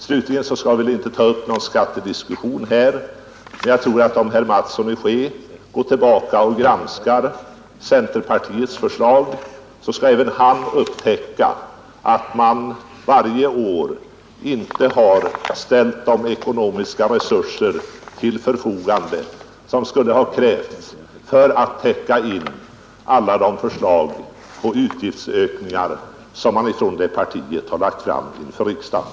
Slutligen vill jag säga att vi väl nu inte skall ta upp någon skattediskussion. Om herr Mattsson i Skee går tillbaka och granskar centerpartiets förslag kommer även han att upptäcka att partiet under åren inte har ställt de ekonomiska resurser till förfogande, som skulle ha krävts för att täcka in alla de förslag på utgiftsökningar som centerpartiet lagt fram inför riksdagen.